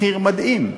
מחיר מדהים,